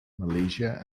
malaysia